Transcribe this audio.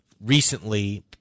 recently